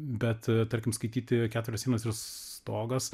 bet tarkim skaityti keturios sienos ir stogas